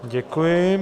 Děkuji.